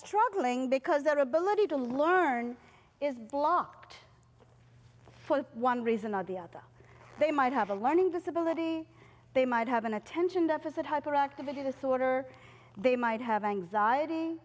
struggling because their ability to learn is blocked for one reason or the other they might have a learning disability they might have an attention deficit hyperactivity disorder they might have anxiety